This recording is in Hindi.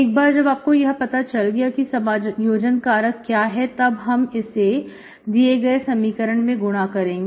एक बार जब आपको यह पता चल गया कि समायोजन कारक क्या है तब हम इसे दिए गए समीकरण में गुणा करेंगे